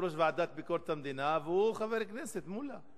אתה יושב-ראש הוועדה לביקורת המדינה והוא חבר הכנסת מולה.